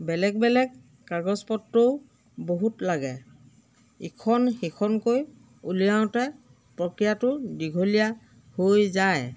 বেলেগ বেলেগ কাগজ পত্ৰও বহুত লাগে ইখন সিখনকৈ উলিয়াওঁতে প্ৰক্ৰিয়াটো দীঘলীয়া হৈ যায়